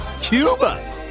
Cuba